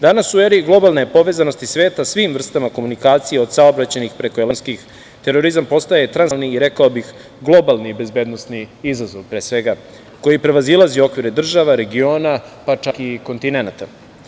Danas u eri globalne povezanosti sveta svim vrstama komunikacija od saobraćajnih preko elektronskih, terorizam postaje transnacionalni i rekao bih globalni bezbednosni izazov, pre svega, koji prevazilazi okvire država, regiona, pa čak i kontinenata.